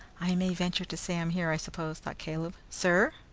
i may venture to say i'm here, i suppose, thought caleb. sir!